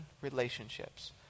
relationships